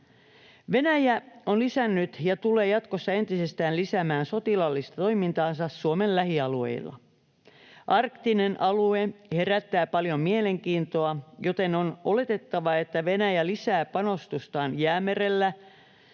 Venäjä on lisännyt ja tulee jatkossa entisestään lisäämään sotilaallista toimintaansa Suomen lähialueilla. Arktinen alue herättää paljon mielenkiintoa, joten on oletettava, että Venäjä lisää panostustaan Jäämerellä.